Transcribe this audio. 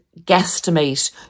guesstimate